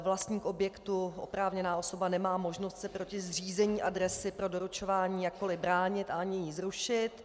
Vlastník objektu, oprávněná osoba, nemá možnost se proti zřízení adresy pro doručování jakkoli bránit a ani ji zrušit.